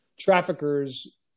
traffickers